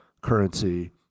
currency